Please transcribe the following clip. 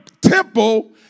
temple